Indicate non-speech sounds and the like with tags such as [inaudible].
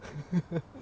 [laughs]